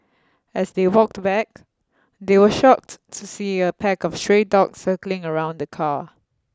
as they walked back they were shocked to see a pack of stray dogs circling around the car